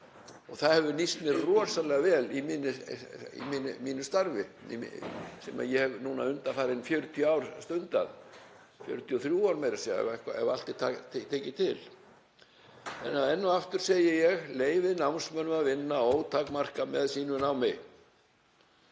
Það hefur nýst mér rosalega vel í mínu starfi sem ég hef stundað undanfarin 40 ár, 43 ár meira að segja ef allt er tekið til. Enn og aftur segi ég: Leyfið námsmönnum að vinna ótakmarkað með sínu námi.